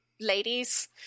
ladies